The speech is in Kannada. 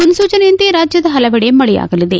ಮೂನ್ಸಚನೆಯಂತೆ ರಾಜ್ಯದ ಹಲವೆಡೆ ಮಳೆಯಾಗಲಿದೆ